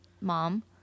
mom